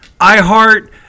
iHeart